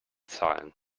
zahlen